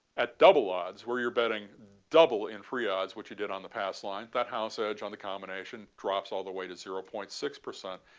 at double odds where you're betting double in free odds what you did on the pass line that house edge on the combination drops all the way to zero point six percent